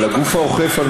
אבל הגוף האוכף,